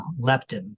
leptin